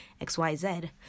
xyz